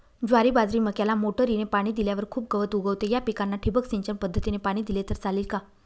ज्वारी, बाजरी, मक्याला मोटरीने पाणी दिल्यावर खूप गवत उगवते, या पिकांना ठिबक सिंचन पद्धतीने पाणी दिले तर चालेल का?